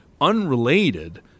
unrelated